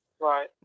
Right